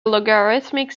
logarithmic